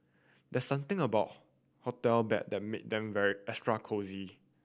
there's something about hotel bed that make them very extra cosy